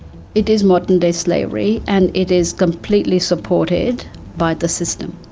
it is modern day slavery and it is completely supported by the system.